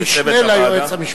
המשנה ליועץ המשפטי.